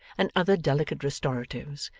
and other delicate restoratives,